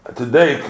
today